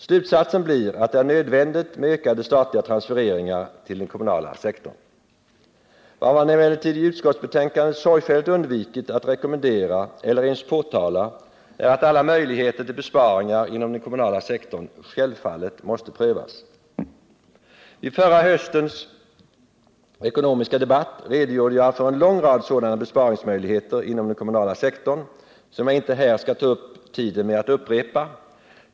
Slutsatsen blir att det är nödvändigt med ökade statliga transfereringar till den kommunala sektorn. Vad man emellertid i utskottsbetänkandet sorgfälligt undvikit att rekommendera eller ens påtala är att alla möjligheter till besparingar inom den kommunala sektorn självfallet måste prövas. Vid förra höstens ekonomiska debatt redogjorde jag för en lång rad sådana besparingsmöjligheter inom den kommunala sektorn, som jag inte här skall ta upp tiden med att upprepa.